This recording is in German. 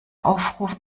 aufruf